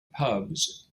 pubs